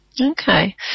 Okay